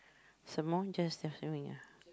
some more just the swimming ah